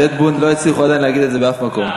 שטבון, לא הצליחו עדיין להגיד את זה באף מקום.